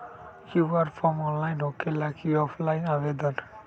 QR form online होकेला कि offline आवेदन?